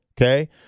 Okay